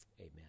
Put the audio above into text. Amen